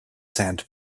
sand